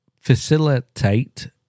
facilitate